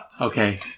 Okay